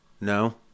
No